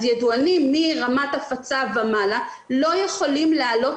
אז ידוענים מרמת הפצה ומעלה לא יכולים להעלות